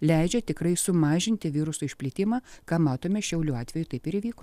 leidžia tikrai sumažinti viruso išplitimą ką matome šiaulių atveju taip ir įvyko